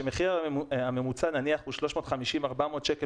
שהמחיר הממוצע הוא 350-400 שקלים